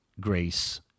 grace